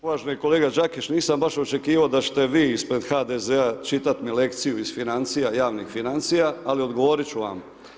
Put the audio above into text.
Poštovani kolega Đakić, nisam baš očekivao da će te vi ispred HDZ-a, čitat mi lekciju iz financija, javnih financija, ali odgovorit ću vam.